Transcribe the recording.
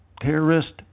terrorist